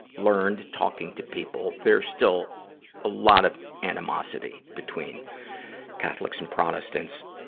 learned, talking to people, there's still a lot of animosity between catholics and protestants,